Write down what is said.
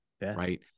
Right